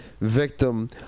victim